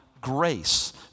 grace